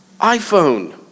iPhone